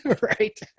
Right